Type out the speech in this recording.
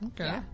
Okay